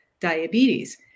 diabetes